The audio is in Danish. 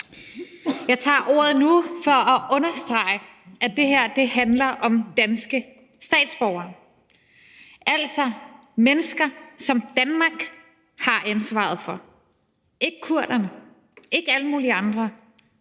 Jeg tager ordet nu for at understrege, at det her handler om danske statsborgere, altså mennesker, som Danmark har ansvaret for – ikke kurderne, ikke alle mulige andre,